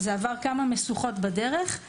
זה עבר כמה מסוכות בדרך.